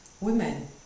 women